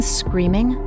screaming